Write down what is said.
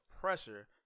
pressure